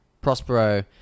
Prospero